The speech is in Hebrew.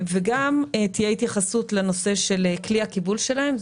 תהיה התייחסות גם לנושא כלי הקיבול שלהם.